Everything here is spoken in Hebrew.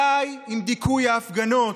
די עם דיכוי ההפגנות.